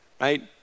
right